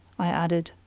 i added,